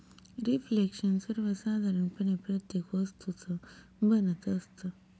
reflection सर्वसाधारणपणे प्रत्येक वस्तूचं बनत असतं